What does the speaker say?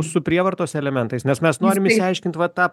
su prievartos elementais nes mes norim išsiaiškint va tą